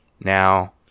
Now